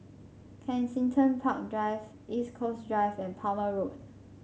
Kensington Park Drive East Coast Drive and Palmer Road